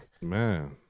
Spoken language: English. Man